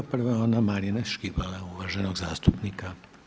Prva je ona Marina Škibole uvaženog zastupnika.